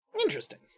Interesting